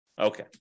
okay